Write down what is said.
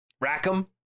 Rackham